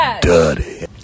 Dirty